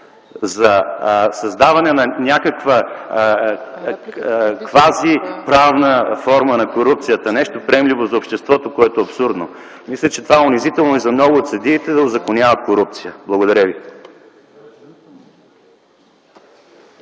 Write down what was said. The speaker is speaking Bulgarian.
за създаване на някакви квазиправна форма на корупцията – нещо, приемливо за обществото, което е абсурдно. Мисля, че това е унизително и за много от съдиите – да узаконяват корупция. Благодаря ви.